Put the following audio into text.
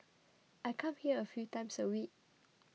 I come here a few times a week